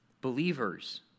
believers